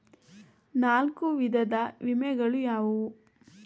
ನಾಲ್ಕು ವಿಧದ ವಿಮೆಗಳು ಯಾವುವು?